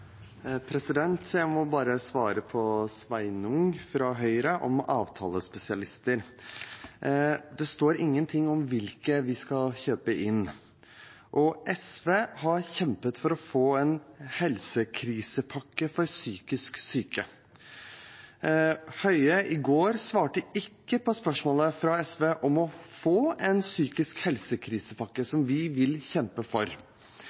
står ingenting om hvilke vi skal kjøpe inn. SV har kjempet for å få en helsekrisepakke for psykisk syke. Høie svarte i går ikke på spørsmålet fra SV om å få en psykisk helsekrisepakke, som vi vil kjempe for.